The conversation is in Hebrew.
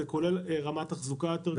זה כולל רמת תחזוקה טובה יותר.